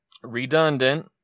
redundant